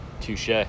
touche